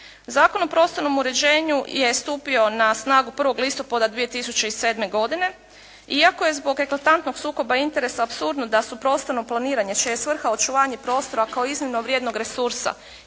Zakon o prostornom uređenju je stupio na snagu 1. listopada 2007. godine, iako je zbog eklatantnog sukoba interesa apsurdno da su prostorno planiranje čija je svrha očuvanje prostora kao iznimnog vrijednog resursa